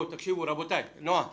נועה,